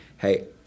Hey